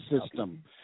system